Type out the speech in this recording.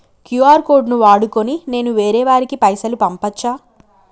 QR code ను వాడుకొని నేను వేరే వారికి పైసలు పంపచ్చా?